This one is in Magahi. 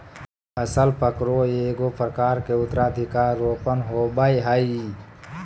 फसल पकरो एगो प्रकार के उत्तराधिकार रोपण होबय हइ